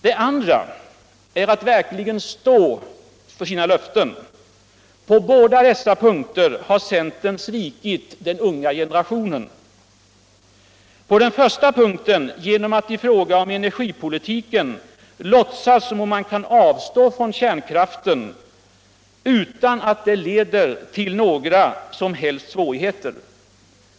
Der andra är att verkligen stå för sina föften. På bäda punkterna har centern svikit den unga generationen. Pd den första punkten genom att i fråga om energipolitiken låtsas som om man kan avstå från kärnkraften utan att det leder till några som helst svårigheter.